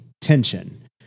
Tension